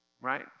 right